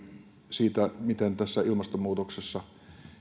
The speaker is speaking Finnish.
siitä miten tässä ilmastonmuutoksessa